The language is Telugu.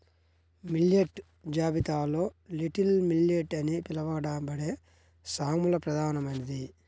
మిల్లెట్ జాబితాలో లిటిల్ మిల్లెట్ అని పిలవబడే సామలు ప్రధానమైనది